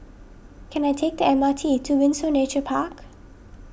can I take the M R T to Windsor Nature Park